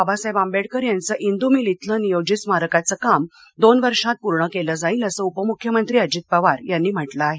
बाबासाहेब आंबेडकर यांचं इंदू मिल इथलं नियोजित स्मारकाचं काम दोन वर्षांत पूर्ण केलं जाईल असं उपमुख्यमंत्री अजित पवार यांनी म्हटलं आहे